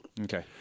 Okay